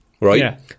right